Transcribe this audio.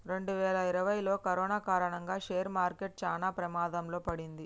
రెండువేల ఇరవైలో కరోనా కారణంగా షేర్ మార్కెట్ చానా ప్రమాదంలో పడింది